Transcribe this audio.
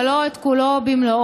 אבל לא את כולו במלואו: